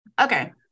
Okay